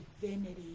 divinity